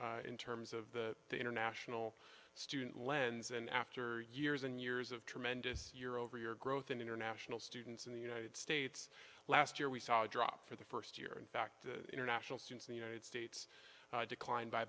do in terms of the international student lens and after years and years of tremendous year over year growth in international students in the united states last year we saw a drop for the first year in fact international students in the united states declined by